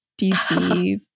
DC